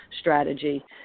strategy